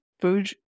Food